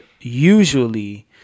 usually